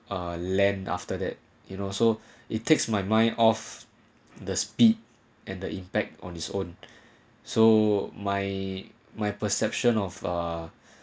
a land after that it also it takes my mind off the speed and the impact on its own so my my perception of uh